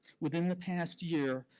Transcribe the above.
within the past year,